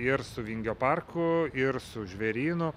ir su vingio parku ir su žvėrynu